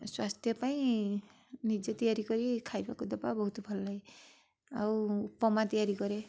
ସ୍ୱାସ୍ଥ୍ୟ ପାଇଁ ନିଜେ ତିଆରି କରି ଖାଇବାକୁ ଦେବା ବହୁତ ଭଲ ଲାଗେ ଆଉ ଉପମା ତିଆରି କରେ